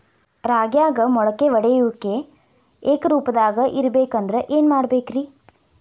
ರಾಗ್ಯಾಗ ಮೊಳಕೆ ಒಡೆಯುವಿಕೆ ಏಕರೂಪದಾಗ ಇರಬೇಕ ಅಂದ್ರ ಏನು ಮಾಡಬೇಕ್ರಿ?